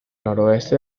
noroeste